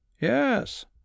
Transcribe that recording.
Yes